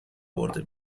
برده